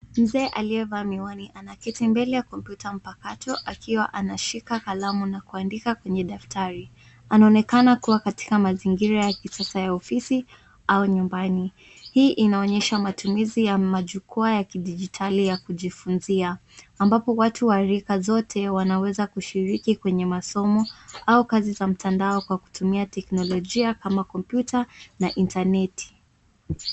Mzee aliyevaa miwani anaketi mbele ya kompyuta mpakato akiwa anashika kalamu na kuandika kwenye daftari. Anaonekana kuwa katika mazingira ya kisasa ya ofisi au nyumbani. Hii inaonyesha matumizi ya majukwaa ya kidijitali ya kujifunzia ambapo watu wa rika zote wanaweza kushiriki kwenye masomo au kazi za mtandao kwa kutumia teknolojia kama kompyuta na itaneti.